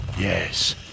Yes